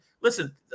listen